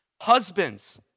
husbands